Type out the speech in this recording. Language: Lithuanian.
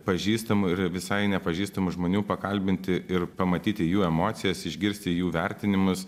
pažįstamų ir visai nepažįstamų žmonių pakalbinti ir pamatyti jų emocijas išgirsti jų vertinimus